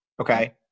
okay